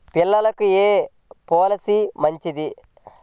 పిల్లలకు ఏ పొలసీ మంచిది?